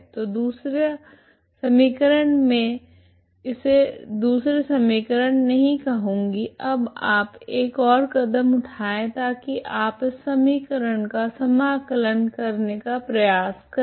तो दूसरा समीकरण मैं इसे दूसरा समीकरण नहीं कहूँगी अब आप एक और कदम उठाएं ताकि आप इस समीकरण का समाकलन करने का प्रयास करें